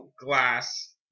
glass –